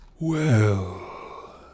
Well